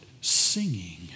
singing